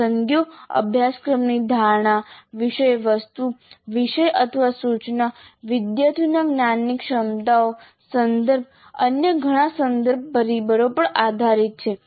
પસંદગીઓ અભ્યાસક્રમની ધારણા વિષયવસ્તુ વિષય અથવા સૂચના વિદ્યાર્થીઓના જ્ઞાનની ક્ષમતાઓ સંદર્ભ અને અન્ય ઘણા સંદર્ભ પરિબળો પર આધારિત છે